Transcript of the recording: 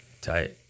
Tight